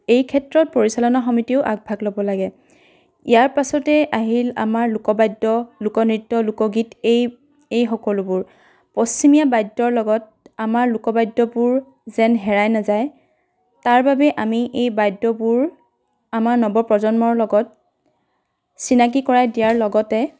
এই ক্ষেত্ৰত পৰিচালনা সমিতিয়েও আগভাগ ল'ব লাগে ইয়াৰ পাছতে আহিল আমাৰ লোকবাদ্য লোকনৃত্য লোকগীত এই এই সকলোবোৰ পশ্চিমীয়া বাদ্যৰ লগত আমাৰ লোকবাদ্যবোৰ যেন হেৰাই নাযায় তাৰ বাবে আমি এই বাদ্যবোৰ আমাৰ নৱপ্ৰজন্মৰ লগত চিনাকী কৰাই দিয়াৰ লগতে